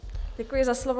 Děkuji za slovo.